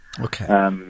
Okay